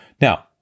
Now